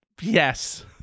Yes